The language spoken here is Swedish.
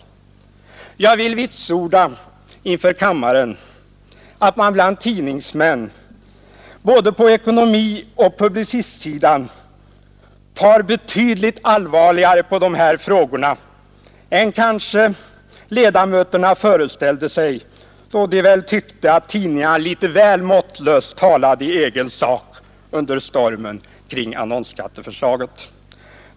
Jag vill vitsorda inför kammaren att man bland tidningsmän, både på | ekonomioch på publicistsidan, tar betydligt allvarligare på de här frågorna än ledamöterna måhända föreställde sig då de kanske tyckte att tidningarna litet väl måttlöst talade i egen sak under stormen kring annonsskatteförslaget.